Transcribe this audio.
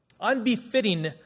unbefitting